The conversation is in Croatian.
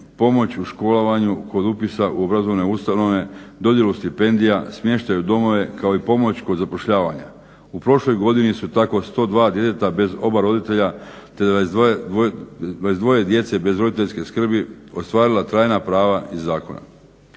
pomoć u školovanju, kod upisa u obrazovne ustanove, dodjelu stipendija, smještaj u domove kao i pomoć kod zapošljavanja. U prošloj godini su tako 102 djeteta bez oba roditelja, te 22 djece bez roditeljske skrbi ostvarila trajna prava iz zakona.